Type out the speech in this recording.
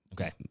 Okay